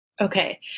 Okay